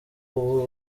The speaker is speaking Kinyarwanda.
ubu